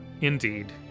indeed